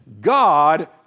God